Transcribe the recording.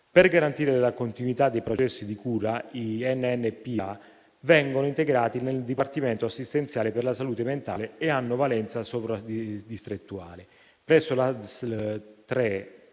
Per garantire la continuità dei processi di cura, gli NNPIA vengono integrati nel dipartimento assistenziale per la salute mentale e hanno valenza sovradistrettuale.